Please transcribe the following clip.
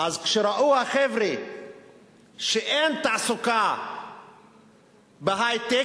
אז כשראו החבר'ה שאין תעסוקה בהיי-טק,